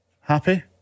Happy